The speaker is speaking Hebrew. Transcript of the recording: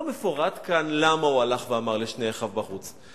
לא מפורט כאן למה הוא הלך ואמר לשני אחיו בחוץ.